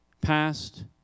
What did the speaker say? Past